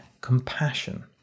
compassion